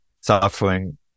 suffering